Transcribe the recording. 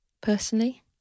personally